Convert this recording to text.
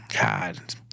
God